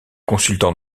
consultant